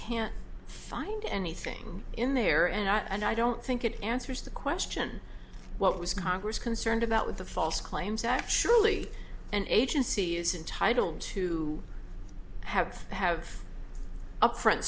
can't find anything in there and i don't think it answers the question what was congress concerned about with the false claims act surely an agency is entitled to have to have upfront